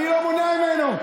אני לא מונע ממנו.